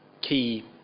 key